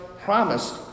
promised